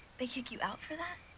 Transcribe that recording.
they kick you out for that?